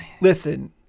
listen